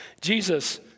Jesus